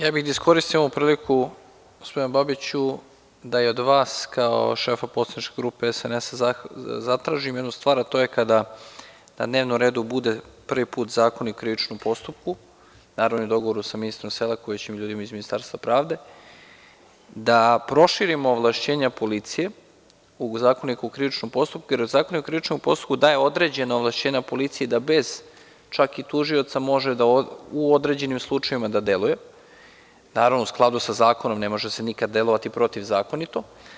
Ja bih da iskoristim ovu priliku, gospodine Babiću, da od vas, kao šefa poslaničke grupe SNS, zatražim jednu stvar, a to je da kada na dnevnom redu bude prvi put Zakon o krivičnom postupku, naravno u dogovoru sa ministrom Selakovićem i ljudima iz Ministarstva pravde, proširimo ovlašćenja policije u Zakoniku o krivičnom postupku, jer Zakonik u krivičnom postupku daje određena ovlašćenja policiji da bez i tužioca može da u određenim slučajevima da deluje, naravno, u skladu sa zakonom, ne može se nikad delovati protivzakonito.